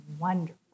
wonderful